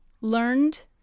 learned